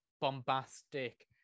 bombastic